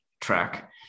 track